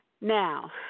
Now